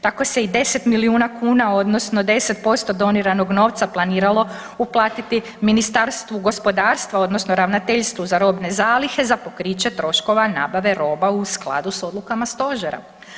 Tako se i 10 milijuna kuna odnosno 10% doniranog novca planiralo uplatiti Ministarstvu gospodarstva odnosno Ravnateljstvu za robne zalihe za pokriće troškova nabave roba u skladu s odlukama stožera.